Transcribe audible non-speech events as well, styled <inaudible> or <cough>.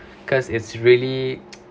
cause it's really <noise>